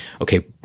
okay